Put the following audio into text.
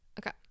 Okay